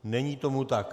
Není tomu tak.